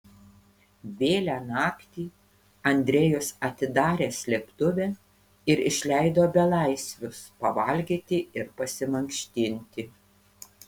vėlią naktį andrejus atidarė slėptuvę ir išleido belaisvius pavalgyti ir pasimankštinti